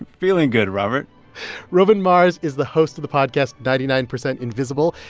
feeling good robert roman mars is the host of the podcast ninety nine percent invisible.